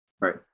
Right